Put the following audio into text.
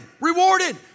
Rewarded